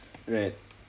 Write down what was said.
right